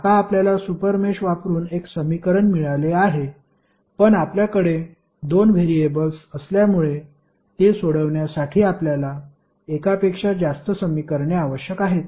आता आपल्याला supermesh वापरुन एक समीकरण मिळाले आहे पण आपल्याकडे दोन व्हेरिएबल्स असल्यामुळे ते सोडवण्यासाठी आपल्याला एकापेक्षा जास्त समीकरणे आवश्यक आहेत